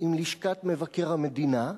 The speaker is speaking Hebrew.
עם לשכת מבקר המדינה,